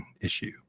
issue